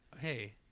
hey